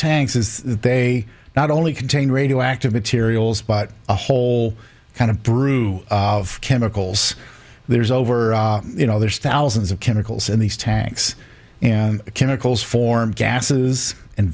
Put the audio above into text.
is they not only contain radioactive materials but a whole kind of brew of chemicals there's over you know there's thousands of chemicals in these tanks and chemicals form gases and